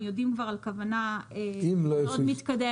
הם יודעים כבר על כוונה מאוד מתקדמת.